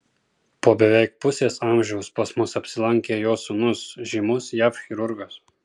po beveik pusės amžiaus pas mus apsilankė jo sūnus žymus jav chirurgas